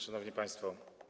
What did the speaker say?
Szanowni Państwo!